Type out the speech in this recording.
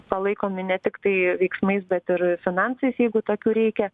palaikomi ne tiktai veiksmais bet ir finansais jeigu tokių reikia